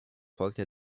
folgte